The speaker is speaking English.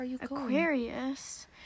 Aquarius